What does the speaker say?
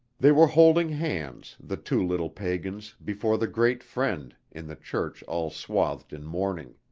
they were holding hands, the two little pagans, before the great friend, in the church all swathed in mourning.